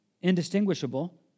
indistinguishable